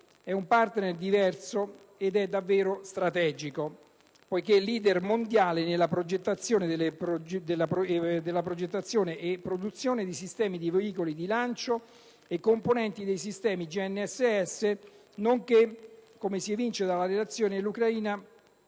è un *partner* diverso e davvero strategico, poiché *leader* mondiale della progettazione e produzione di sistemi di veicoli di lancio e componenti dei sistemi GNSS, e inoltre - come si evince dalla relazione - è l'ottavo